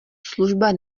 služba